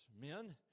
men